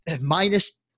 minus